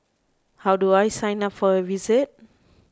how do I sign up for a visit